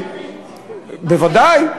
בוודאי.